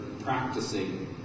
practicing